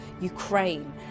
Ukraine